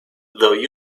though